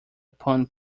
upon